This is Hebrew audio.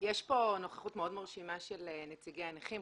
יש פה נוכחות מאוד מרשימה של נציגי הנכים,